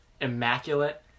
immaculate